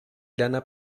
lana